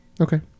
Okay